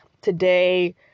today